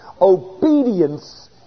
obedience